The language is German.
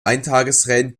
eintagesrennen